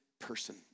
person